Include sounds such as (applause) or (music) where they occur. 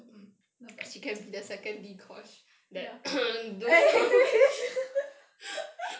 mm not bad (laughs)